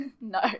no